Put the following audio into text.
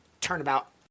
turnabout